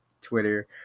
twitter